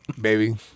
baby